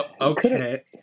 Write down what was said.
Okay